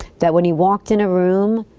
that when he walked in a room,